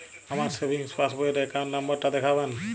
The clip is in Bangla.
আমার সেভিংস পাসবই র অ্যাকাউন্ট নাম্বার টা দেখাবেন?